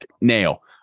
nail